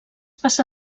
passa